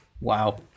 wow